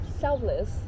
selfless